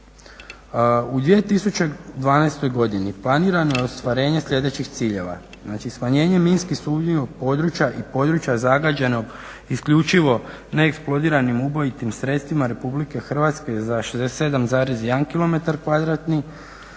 U 2012.godini planirano je ostvarenje sljedećih ciljeva, znači smanjenje minski sumnjivog područja i područja zagađenog isključivo neeksplodiranim ubojitim sredstvima RH za 67,1 km